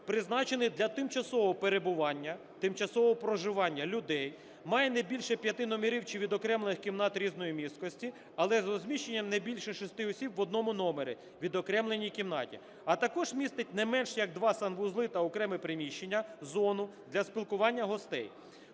призначений для тимчасового перебування (тимчасового проживання) людей, має не більше п'яти номерів чи відокремлених кімнат різної місткості, але з розміщенням не більше шести осіб в одному номері (відокремленій кімнаті), а також містить не менш як два санвузли та окреме приміщення (зону) для спілкування гостей.